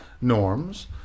norms